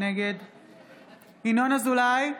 נגד ינון אזולאי,